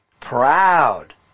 Proud